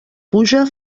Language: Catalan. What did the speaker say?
puja